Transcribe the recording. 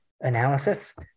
analysis